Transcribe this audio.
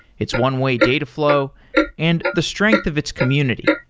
it's one way dataflow and the strength of its community.